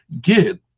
get